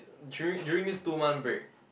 during during these two month break